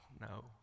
no